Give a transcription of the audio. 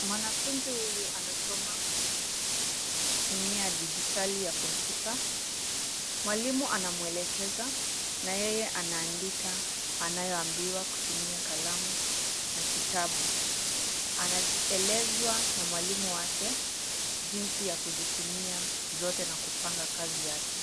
Mwanafunzi huyu anasoma kutumia dijitali ya kompyuta. Mwalimu anamwelekeza na yeye anaandika anayoambiwa kutumia kalamu na kitabu. Anaelezwa na mwalimu wake jinsi ya kuzitumia zote na kupanga kazi yake.